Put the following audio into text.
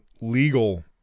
legal